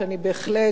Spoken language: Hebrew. שאני בהחלט,